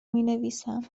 مینویسم